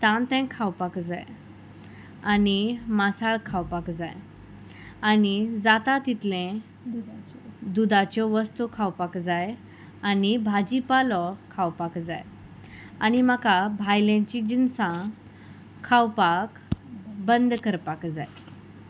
तांतें खावपाक जाय आनी मासाळ खावपाक जाय आनी जाता तितलें दुदाच्यो वस्तू खावपाक जाय आनी भाजी पालो खावपाक जाय आनी म्हाका भायल्यांची जिन्सां खावपाक बंद करपाक जाय